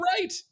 right